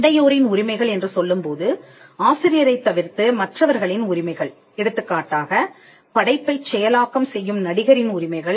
அண்டை யோரின் உரிமைகள் என்று சொல்லும்போது ஆசிரியரைத் தவிர்த்து மற்றவர்களின் உரிமைகள் எடுத்துக்காட்டாக படைப்பைச் செயலாக்கம் செய்யும் நடிகரின் உரிமைகள்